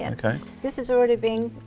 and okay. this has already been